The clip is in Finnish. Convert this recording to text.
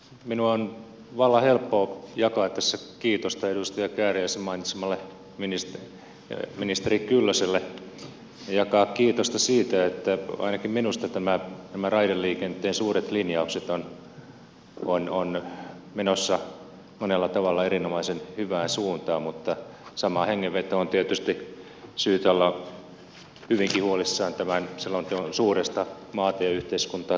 minun on vallan helppo jakaa tässä kiitosta edustaja kääriäisen mainitsemalle ministeri kyllöselle ja jakaa kiitosta siitä että ainakin minusta raideliikenteen suuret linjaukset ovat menossa monella tavalla erinomaisen hyvään suuntaan mutta samaan hengenvetoon tietysti on syytä olla hyvinkin huolissaan selonteon suuresta maantieyhteiskuntaa keskittävästä linjauksesta